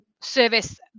service